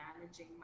managing